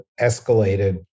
escalated